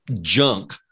junk